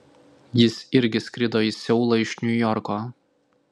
jis irgi skrido į seulą iš niujorko